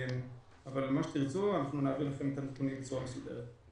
ככל שתרצו, נעביר לכם את הנתונים בצורה מסודרת.